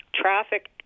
traffic